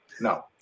No